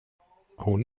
hon